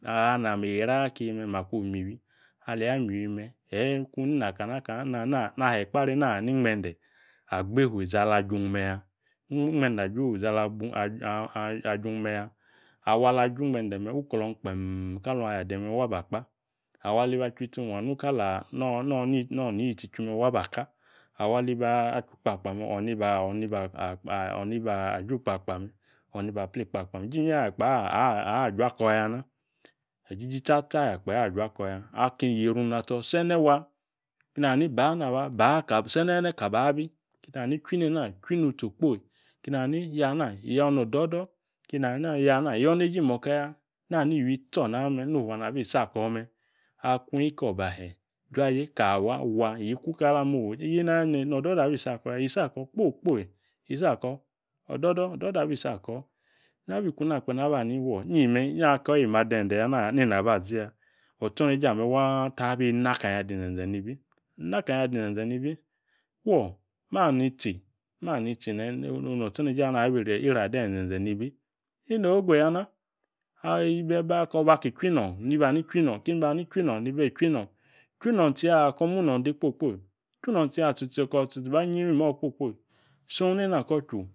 . Aah nami hiraa aki me eeyi makwo mi iywi. Ali ya mi iywi me̱ kung nina kana kana na he̱ ekpari na ni inggbe̱de̱ agba ru izi ala jung meya. Awa ala ju ingbe̱nde̱ me̱ wu kiung kalung ayi ade me̱ wa ba kpa awo ala ba chwitsi me̱ wa nu no̱ nitsi ichwi me̱ waba ka awo aliba chu kpakpa me̱ o̱ niba ble ikpakpa me Aki yieru tso sene wa, na ni bana wa se̱ne̱ne̱ kaba bi kenani chwi nena, chwi nutsi okpoyi kin ani yana yo̱no̱ o̱do̱do̱ kenani yana yo neeje imoko ya. Nani iywi tso name̱ ni ufua nabi isi ako̱ me̱. Akung ikobahe juaje ka wa wa yeeyi na ayo no̱ o̱do̱do̱ abi isi ako̱ ya isi ako kpo kpo isi ako o̱do̱ḏo̱ isi ako̱ Na bi kuna kpe naba ni fuo Meeg na ko immi ade̱nde̱ ya. Otsoneje waa ta in akanya adi inzenze nibi fuo mani tsi mani tsi no otso neje ani abi ade ize̱nze nibi inogogo ya ko baki chwi nong tsiya ko mu nong keni bani chwi nong nibi chwi nong tsiya ko mu nona de kpo kpo chwi nong tsiya ko tsitsi ba yi imimo̱ kpo kpo sung nena